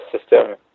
system